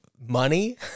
money